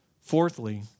Fourthly